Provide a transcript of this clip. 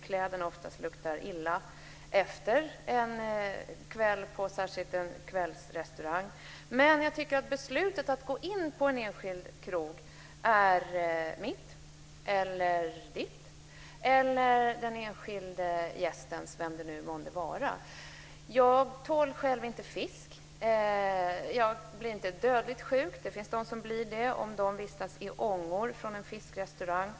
Kläderna luktar illa efter en kväll på restaurang. Men beslutet att gå in på en speciell krog är mitt eller den enskilde gästens. Jag tål själv inte fisk. Jag blir inte dödligt sjuk, men det finns de som blir det om de vistas i ångor från en fiskrestaurang.